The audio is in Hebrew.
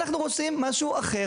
אנחנו רוצים משהו אחר.